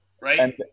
Right